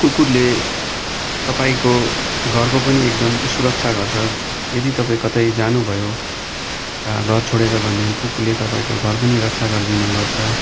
कुकुरले तपाईँको घरको पनि एकदम सुरक्षा गर्छ यदि तपाईँ कतै जानुभयो घर छोडेर भनेदेखि कुकुरले तपाईँको घर पनि रक्षा गरिदिने गर्छ